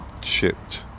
shipped